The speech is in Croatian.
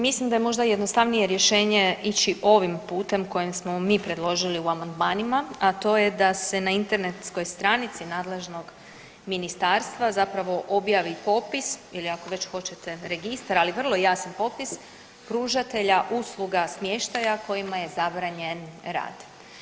Mislim da je možda jednostavnije rješenje ići ovim putem koji smo mi predložili u amandmanima, a to je da se na internetskoj stranici nadležnog ministarstva zapravo objavi popis ili ako već hoćete registar, ali vrlo jasan popis pružatelja usluga smještaja kojima je zabranjen rad.